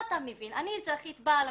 אני אזרחית באה למשטרה,